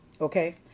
Okay